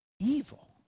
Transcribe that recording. Evil